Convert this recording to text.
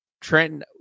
Trent